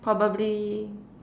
probably